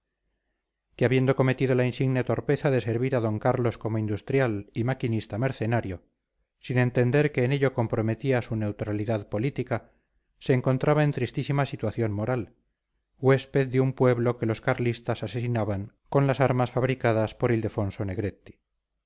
que habiendo cometido la insigne torpeza de servir a d carlos como industrial y maquinista mercenario sin entender que en ello comprometía su neutralidad política se encontraba en tristísima situación moral huésped de un pueblo que los carlistas asesinaban con las armas fabricadas por ildefonso negretti